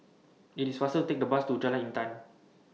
IT IS faster to Take The Bus to Jalan Intan